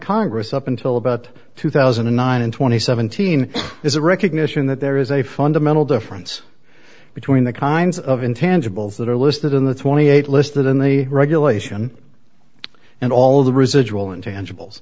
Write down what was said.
congress up until about two thousand and nine in two thousand and seventeen is a recognition that there is a fundamental difference between the kinds of intangibles that are listed in the twenty eight listed in the regulation and all of the residual intangibles